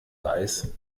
weiß